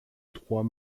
trois